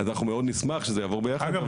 אז אנחנו מאוד נשמח שזה יעבור ביחד.